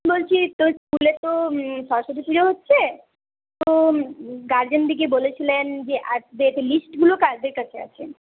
বলছি তো স্কুলে তো সরস্বতী পুজো হচ্ছে তো গার্জেনরা বলেছিলেন যে আসবে তো লিস্টগুলো কাদের কাছে আছে